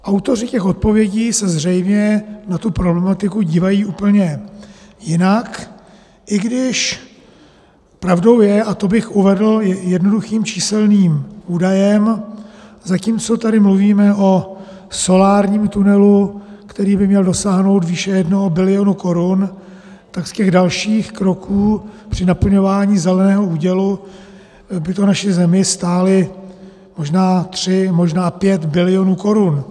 Autoři těch odpovědí se zřejmě na tu problematiku dívají úplně jinak, i když pravdou je, a to bych uvedl jednoduchým číselným údajem, zatímco tady mluvíme o solárním tunelu, který by měl dosáhnout výše 1 bilionu korun, tak z těch dalších kroků při naplňování zeleného údělu by to naši zemi stálo možná 3, možná 5 bilionů korun.